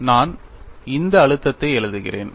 நான் இந்த அழுத்தத்தை எழுதுகிறேன்